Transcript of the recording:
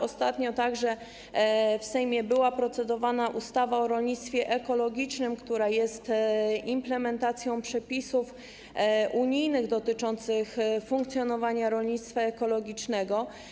Ostatnio także w Sejmie procedowaliśmy nad ustawą o rolnictwie ekologicznym, która jest implementacją przepisów unijnych dotyczących funkcjonowania rolnictwa ekologicznego.